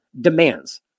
demands